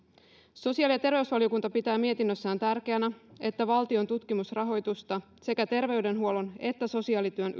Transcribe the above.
sosiaali ja terveysvaliokunta pitää mietinnössään tärkeänä että valtion tutkimusrahoitusta sekä terveydenhuollon että sosiaalityön